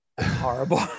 Horrible